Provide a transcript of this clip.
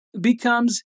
becomes